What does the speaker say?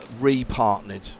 re-partnered